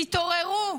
תתעוררו.